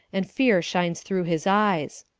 and fear shines through his eyes.